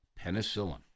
penicillin